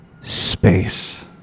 Space